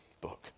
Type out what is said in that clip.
book